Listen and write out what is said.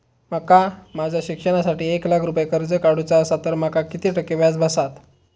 माका माझ्या शिक्षणासाठी एक लाख रुपये कर्ज काढू चा असा तर माका किती टक्के व्याज बसात?